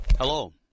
Hello